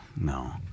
no